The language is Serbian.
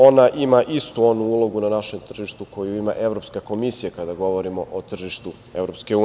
Ona ima istu onu ulogu na našem tržištu koju ima evropska komisija kada govorimo o tržištu EU.